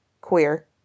queer